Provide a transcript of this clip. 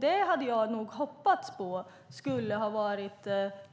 Jag hade nog hoppats på att detta skulle ha varit